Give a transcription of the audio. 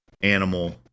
animal